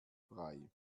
frei